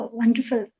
wonderful